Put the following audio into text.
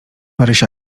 marysia